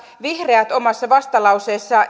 vihreät omassa vastalauseessaan